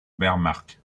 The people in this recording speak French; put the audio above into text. wehrmacht